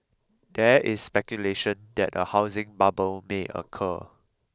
there is speculation that a housing bubble may occur